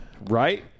Right